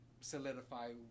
solidify